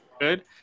good